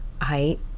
height